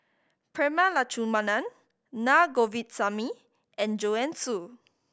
Prema Letchumanan Naa Govindasamy and Joanne Soo